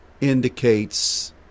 indicates